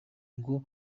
ngo